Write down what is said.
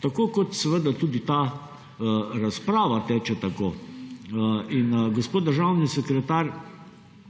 Tako kot seveda tudi ta razprava teče tako. In gospod državni sekretar,